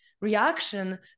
reaction